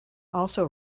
also